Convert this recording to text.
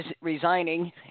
resigning